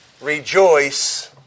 Rejoice